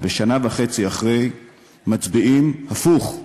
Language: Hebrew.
ושנה וחצי אחרי מצביעים הפוך.